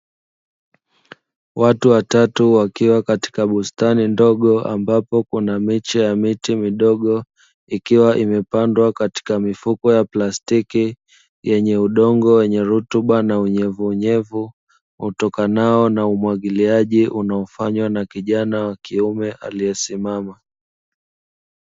Watu watatu wakiwa katika bustani ndogo ambapo kuna miche ya miti midogo ikiwa imepandwa katika mifuko ya plastiki yenye udongo wenye rutuba na unyevuunyevu, utokanao na umwagiliaji unaofanywa na kijana wa kiume aliyesimama.